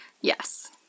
Yes